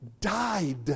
died